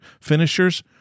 finishers